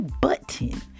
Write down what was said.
button